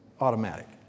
automatic